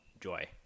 joy